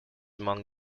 among